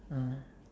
(uh huh)